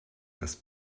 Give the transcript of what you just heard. ist